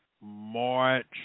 march